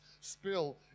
spill